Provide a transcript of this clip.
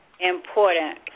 Important